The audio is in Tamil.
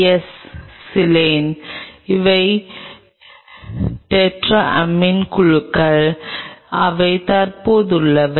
எஸ் சிலேன் இவை டெரமியன் குழுக்கள் அவை தற்போதுள்ளவை